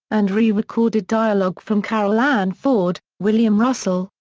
and re-recorded dialogue from carole ann ford, william russell,